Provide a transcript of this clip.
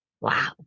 Wow